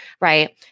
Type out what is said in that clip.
right